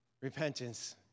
repentance